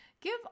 Give